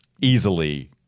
easily